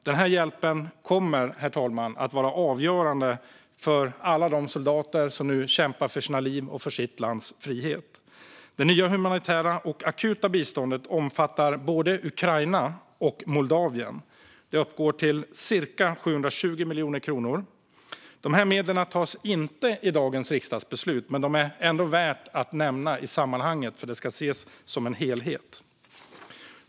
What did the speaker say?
Denna hjälp kommer, herr talman, att vara avgörande för alla de soldater som nu kämpar för sina liv och för sitt lands frihet. Det nya humanitära och akuta biståndet omfattar både Ukraina och Moldavien och uppgår till cirka 720 miljoner kronor. Dessa medel fattar inte riksdagen beslut om i dag. De är ändå värda att nämna i sammanhanget, för detta ska ses som en helhet.